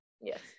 Yes